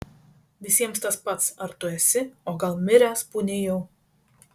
visiems tas pats ar tu esi o gal miręs pūni jau